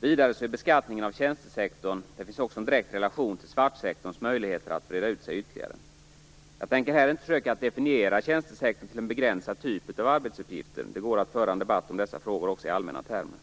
Vidare finns det när det gäller beskattningen av tjänstesektorn en direkt relation till svartsektorns möjligheter att ytterligare breda ut sig. Jag tänker inte här försöka definiera tjänstesektorn som en begränsad typ av arbetsguppgifter. Det går att föra en debatt om dessa frågor också i allmänna termer.